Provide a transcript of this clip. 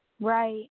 Right